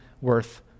worth